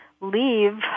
leave